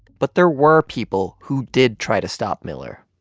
but there were people who did try to stop miller.